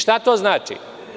Šta to znači?